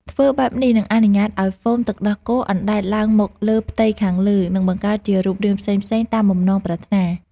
ធ្វើបែបនេះនឹងអនុញ្ញាតឱ្យហ្វូមទឹកដោះគោអណ្តែតឡើងមកលើផ្ទៃខាងលើ និងបង្កើតជារូបរាងផ្សេងៗតាមបំណងប្រាថ្នា។